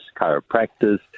chiropractors